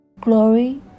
Glory